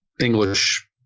English